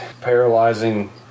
paralyzing